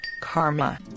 karma